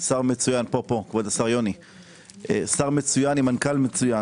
שר מצוין עם מנכ"ל מצוין.